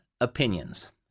opinions